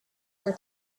her